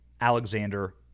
Alexander